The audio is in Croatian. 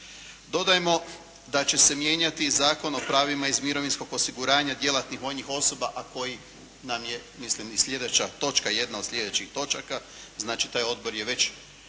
Dodajmo da će se mijenjati i Zakon o pravima iz mirovinskog osiguranja djelatnih vojnih osoba a koji nam je mislim i jedna od slijedećih točaka, znači taj odbor je već